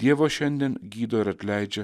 dievas šiandien gydo ir atleidžia